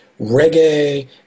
reggae